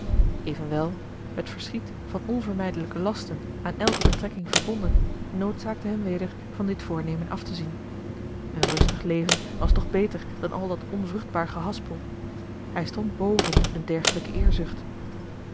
evenwel het verschiet van onvermijdelijke lasten aan elke betrekking verbonden noodzaakte hem weder van dit voornemen aftezien een rustig leven was toch beter dan al dat onvruchtbaar gehaspel hij stond boven een dergelijke eerzucht